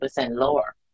lower